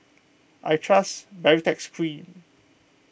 I trust Baritex Cream